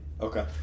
Okay